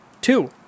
two